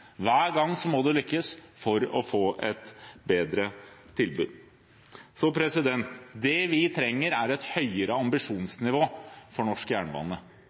hver gang for å få et bedre tilbud. Det vi trenger, er et høyere ambisjonsnivå for norsk jernbane